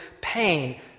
Pain